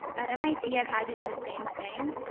at mit i've had to do the same thing.